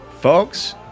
Folks